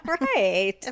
right